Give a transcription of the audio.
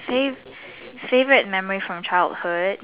fave favourite memory from childhood